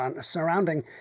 surrounding